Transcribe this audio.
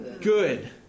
good